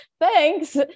Thanks